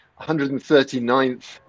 139th